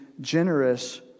generous